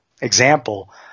example